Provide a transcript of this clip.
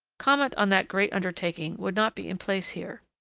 comment on that great undertaking would not be in place here.